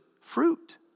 fruit